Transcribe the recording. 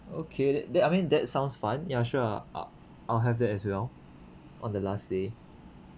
okay that that I mean that sounds fun ya sure I'll I'll have that as well on the last day